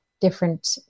different